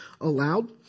allowed